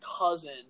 cousin